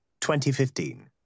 2015